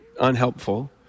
unhelpful